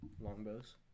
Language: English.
longbows